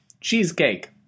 cheesecake